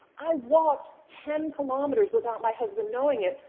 i walked ten kilometers without my husband knowing it,